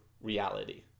Reality